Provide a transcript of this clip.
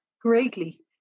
greatly